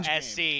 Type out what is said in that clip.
SC